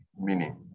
meaning